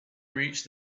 reached